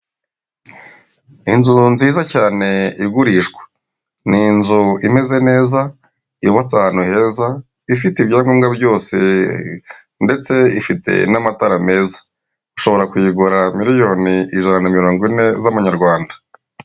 Inzu nziza cyane igurishwa. Ni inzu imeze neza, yubatse ahantu heza, ifite ibyangombwa byose ndetse ifite n'amatara meza. Ushobora kuyigura miliyoni ijana na mirongo ine z'amanyarwanda.